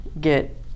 get